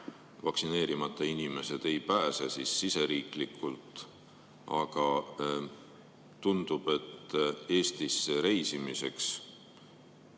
vaktsineerimata inimesed varsti siseriiklikult. Aga tundub, et Eestisse reisimiseks